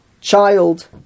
child